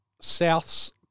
South's